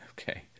Okay